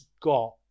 got